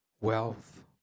wealth